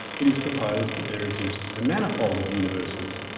it is proposed that there exist a manifold of universes,